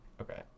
okay